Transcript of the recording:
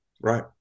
Right